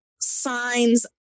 signs